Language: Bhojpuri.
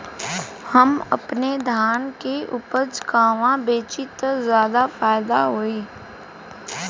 हम अपने धान के उपज कहवा बेंचि त ज्यादा फैदा होई?